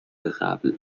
قبل